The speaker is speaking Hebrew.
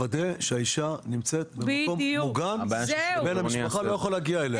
לוודא שהאישה נמצאת במקום מוגן ובן המשפחה לא יכול להגיע אליה.